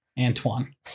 Antoine